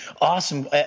awesome